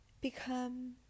become